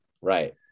Right